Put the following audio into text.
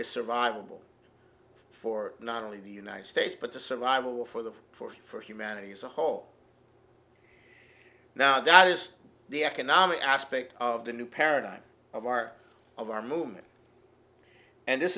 be survivable for not only the united states but the survival for the force for humanity as a whole now that is the economic aspect of the new paradigm of our of our movement and this